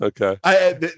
Okay